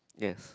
yes